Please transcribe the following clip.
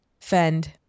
fend